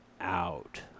out